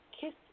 kiss